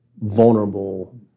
vulnerable